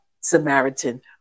Samaritan